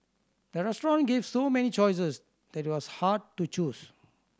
the restaurant gave so many choices that it was hard to choose